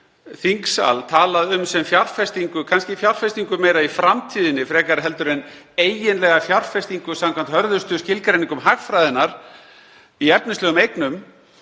þingsal höfum talað um sem fjárfestingu, kannski meira fjárfestingu í framtíðinni frekar en eiginlega fjárfestingu samkvæmt hörðustu skilgreiningum hagfræðinnar í efnislegum eignum,